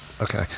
okay